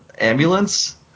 ambulance